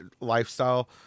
lifestyle